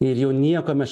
ir jau nieko mes